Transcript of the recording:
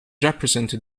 represented